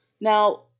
Now